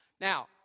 Now